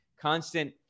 constant